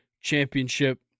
Championship